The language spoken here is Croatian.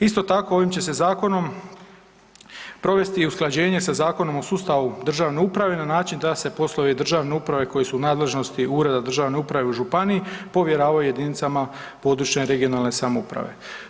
Isto tako ovim će se zakonom provesti usklađenje sa Zakonom o sustavu državne uprave na način da se poslovi državne uprave koji su u nadležnosti ureda državne uprave u županiji povjeravaju jedinicama područne regionalne samouprave.